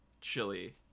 Chili